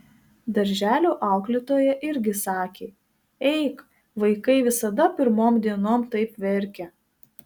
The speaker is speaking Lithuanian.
darželio auklėtoja irgi sakė eik vaikai visada pirmom dienom taip verkia